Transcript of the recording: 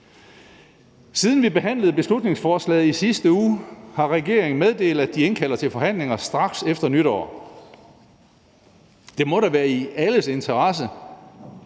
Siden vi behandlede beslutningsforslaget i sidste uge, har regeringen meddelt, at de indkalder til forhandlinger straks efter nytår, og det må da være i alles interesse,